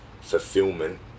fulfillment